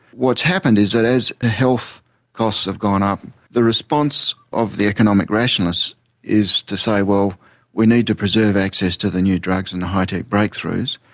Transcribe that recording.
what's happened is that as health costs have gone up the response of the economic rationalists is to say well we need to preserve access to the new drugs and the high tech breakthroughs,